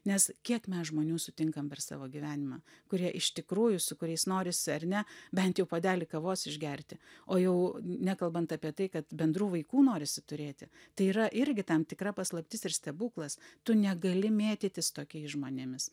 nes kiek mes žmonių sutinkam per savo gyvenimą kurie iš tikrųjų su kuriais norisi ar ne bent jau puodelį kavos išgerti o jau nekalbant apie tai kad bendrų vaikų norisi turėti tai yra irgi tam tikra paslaptis ir stebuklas tu negali mėtytis tokiais žmonėmis